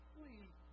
Please